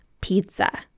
pizza